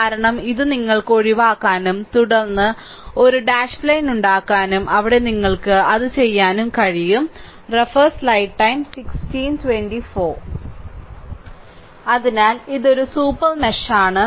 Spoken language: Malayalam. കാരണം ഇത് നിങ്ങൾക്ക് ഒഴിവാക്കാനും തുടർന്ന് ഒരു ഡാഷ് ലൈൻ ഉണ്ടാക്കാനും അവിടെ നിങ്ങൾക്ക് അത് ചെയ്യാനും കഴിയും അതിനാൽ ഇത് ഒരു സൂപ്പർ മെഷ് ആണ്